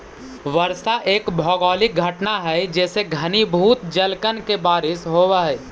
वर्षा एक भौगोलिक घटना हई जेसे घनीभूत जलकण के बारिश होवऽ हई